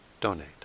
donate